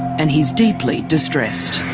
and he's deeply distressed.